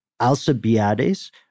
Alcibiades